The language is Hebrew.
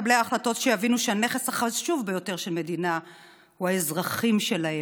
מקבלי ההחלטות שיבינו שהנכס החשוב ביותר של מדינה הוא האזרחים שלה,